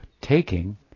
taking